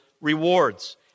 rewards